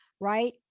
right